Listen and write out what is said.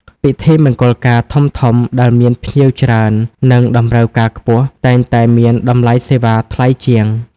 ពិធីមង្គលការធំៗដែលមានភ្ញៀវច្រើន និងតម្រូវការខ្ពស់ តែងតែមានតម្លៃសេវាថ្លៃជាង។